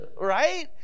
right